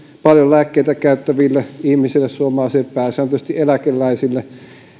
paljon lääkkeitä käyttäville ihmisille suomalaisille pääsääntöisesti eläkeläisille